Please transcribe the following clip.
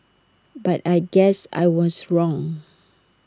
but I guess I was wrong